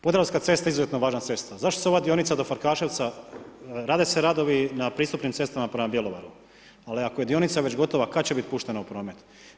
Podravska cesta izuzetno važna cesta, zašto se ova dionica do Farkaševca, rade se radovi na pristupnim cestama prema Bjelovaru, ali ako je dionica već gotova kad će biti puštena u promet?